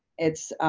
it's